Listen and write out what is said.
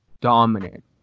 dominant